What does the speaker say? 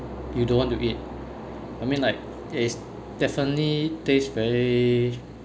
you don't want to eat I mean like it's definitely taste very